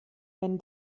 wenn